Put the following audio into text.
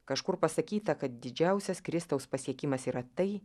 kažkur pasakyta kad didžiausias kristaus pasiekimas yra tai